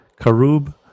Karub